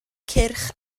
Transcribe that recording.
cyrch